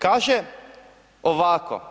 Kaže ovako.